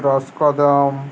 রসকদম